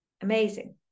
Amazing